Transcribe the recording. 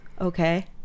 okay